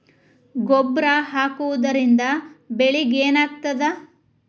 ಗೊಬ್ಬರ ಹಾಕುವುದರಿಂದ ಬೆಳಿಗ ಏನಾಗ್ತದ?